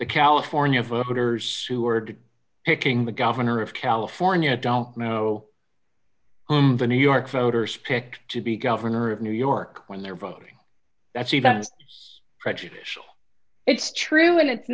the california voters who are to be picking the governor of california don't know the new york voters picked to be governor of new york when they're voting that's even prejudicial it's true and it's